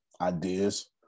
Ideas